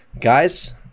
guys